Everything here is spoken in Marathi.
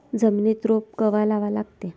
जमिनीत रोप कवा लागा लागते?